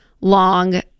long